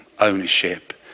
ownership